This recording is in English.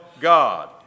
God